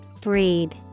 Breed